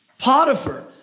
Potiphar